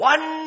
One